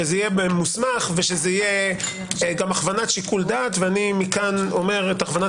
שזה יהיה במוסמך ובהכוונת שיקול דעת ומכאן אני אומר את הכוונת